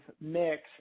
mix